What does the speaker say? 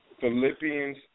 Philippians